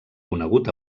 conegut